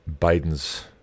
Biden's